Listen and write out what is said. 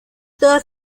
toda